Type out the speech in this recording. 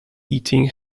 eating